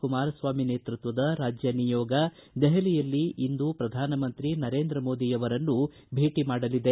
ಕುಮಾರಸ್ವಾಮಿ ನೇತೃತ್ವದ ರಾಜ್ಯ ನಿಯೋಗ ದೆಹಲಿಯಲ್ಲಿ ಇಂದು ಪ್ರಧಾನಮಂತ್ರಿ ನರೇಂದ್ರ ಮೋದಿ ಅವರನ್ನು ಭೇಟ ಮಾಡಲಿದೆ